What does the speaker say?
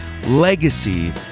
Legacy